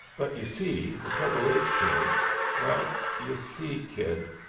but, you see, the trouble is, kid well, you see, kid,